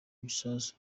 ibisasu